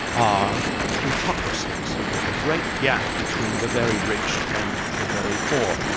are plutocracies. there's a great gap between the very rich and the very poor.